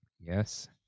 Yes